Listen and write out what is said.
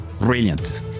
brilliant